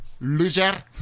Loser